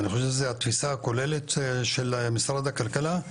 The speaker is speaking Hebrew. ואני חושב שזה התפיסה הכוללת של משרד הכלכלה,